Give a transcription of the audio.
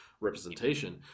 representation